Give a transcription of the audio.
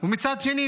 ומצד שני,